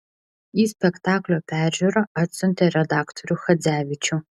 į spektaklio peržiūrą atsiuntė redaktorių chadzevičių